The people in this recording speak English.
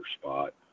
spot